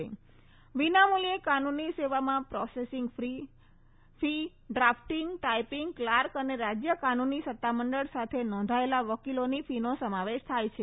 પ્ વિના મૂલ્યે કાનૂની સેવામાં processing fee drafting typing clerk અને રાજ્ય કાનૂની સત્તામંડળ સાથે નોંધાયેલા વકીલોની ફીનો સમાવેશ થાય છે